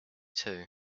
too